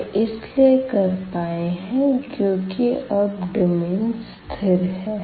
यह इसलिए कर पायें हैं क्यूंकि अब डोमेन स्थिर है